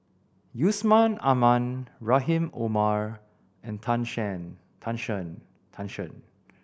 Yusman Aman Rahim Omar and Tan Tan Shen Tan Shen